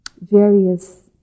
various